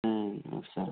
వస్తారు